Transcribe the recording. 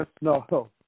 no